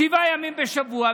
שבעה ימים בשבוע,